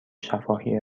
شفاهی